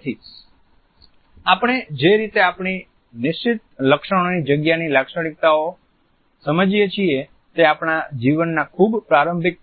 તેથી આપણે જે રીતે આપણી નિશ્ચિત લક્ષણોની જગ્યાની લાક્ષણિકતાઓ સમજીએ છીએ તે આપણા જીવનના ખૂબ પ્રારંભિક